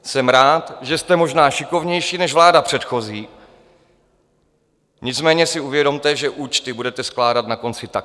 Jsem rád, že jste možná šikovnější než vláda předchozí, nicméně si uvědomte, že účty budete skládat na konci také.